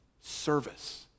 service